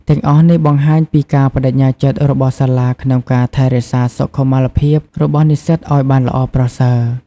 ទាំងអស់នេះបង្ហាញពីការប្តេជ្ញាចិត្តរបស់សាលាក្នុងការថែរក្សាសុខុមាលភាពរបស់និស្សិតឱ្យបានល្អប្រសើរ។